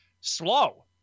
slow